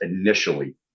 initially